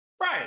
Right